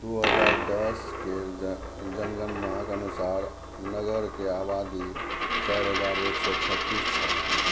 दू हजार दसके जनगणनाक अनुसार नगरके आबादी चारि हजार एक सओ छत्तीस छल